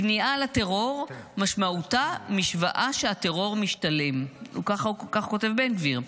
כניעה לטרור משמעותה משוואה שהטרור משתלם" כך כותב בן גביר,